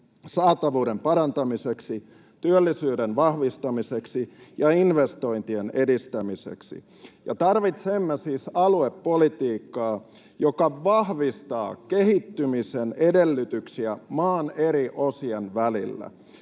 saatavuuden parantamiseksi, työllisyyden vahvistamiseksi ja investointien edistämiseksi, ja tarvitsemme siis aluepolitiikkaa, joka vahvistaa kehittymisen edellytyksiä maan eri osien välillä.